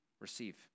receive